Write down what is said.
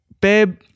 babe